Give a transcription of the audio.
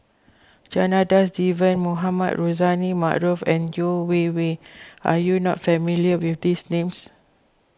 Janadas Devan Mohamed Rozani Maarof and Yeo Wei Wei are you not familiar with these names